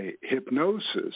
hypnosis